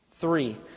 Three